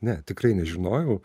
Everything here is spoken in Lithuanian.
ne tikrai nežinojau